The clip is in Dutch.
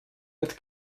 met